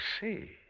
see